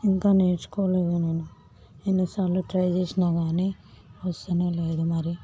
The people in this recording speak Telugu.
ఇంకా నేర్చుకోలేగా నేను ఎన్నిసార్లు ట్రై చేసినా గానీ వస్తూనేలేదు మరి